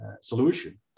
solution